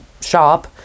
shop